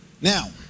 Now